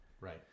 right